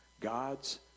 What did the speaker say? God's